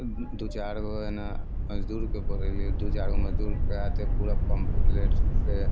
दू चारिगो एना मजदूरके पकड़ली तऽ दू चारिगो मजदूरके हाथे पूरा पम्फलेटसँ